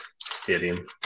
Stadium